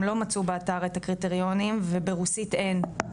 הם לא מצאו באתר את הקריטריונים וברוסית אין אותם,